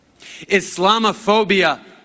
Islamophobia